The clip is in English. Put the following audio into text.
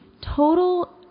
Total